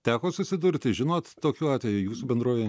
teko susidurti žinot tokių atvejų jūsų bendrovėj